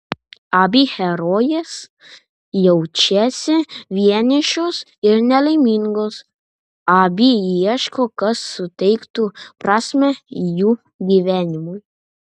abi herojės jaučiasi vienišos ir nelaimingos abi ieško kas suteiktų prasmę jų gyvenimui